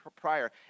prior